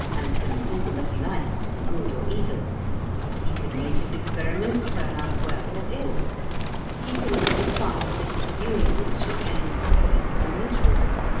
and can pull them as he likes, for good or evil he can make his experiments turn out well or ill he can contrive that his unions should end happily or miserably